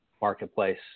marketplace